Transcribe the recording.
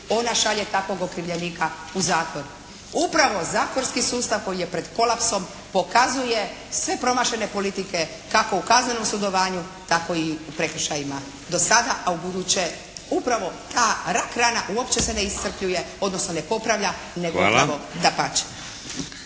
ona šalje takvog okrivljenika u zatvor. Upravo zatvorski sustav koji je pred kolapsom pokazuje sve promašene politike kako u kaznenom sudovanju tako i u prekršajima dosada a ubuduće ta rak rana uopće se ne iscrpljuje odnosno ne popravlja nego upravo dapače.